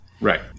Right